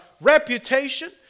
reputation